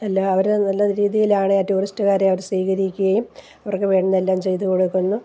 എല്ലാവരും നല്ല രീതിയിലാണ് ടൂറിസ്റ്റുകാരെ അവർ സ്വീകരിക്കുകയും അവർക്ക് വേണ്ടതെല്ലാം ചെയ്ത് കൊടുക്കുന്നു